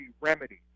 Remedy